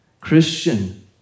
Christian